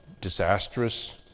Disastrous